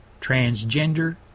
transgender